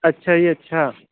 ਅੱਛਾ ਜੀ ਅੱਛਾ